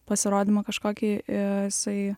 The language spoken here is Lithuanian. pasirodymą kažkokį i jisai